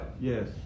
Yes